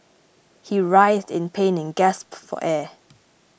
he writhed in pain and gasped for air